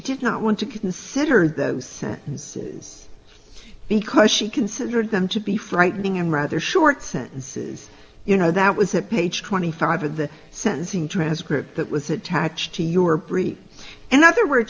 did not want to consider those sentences because she considered them to be frightening in rather short sentences you know that was a page twenty five of the sentencing transcript that was attached to your brief and other words